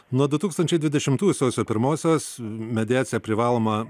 nuo du tūkstančiai dvidešimtųjų sausio pirmosios mediacija privaloma